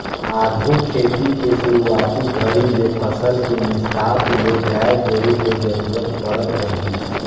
आघु खेती के सुरूवाती घरी ले फसल के मिसात ले गाय गोरु के जरूरत पड़त रहीस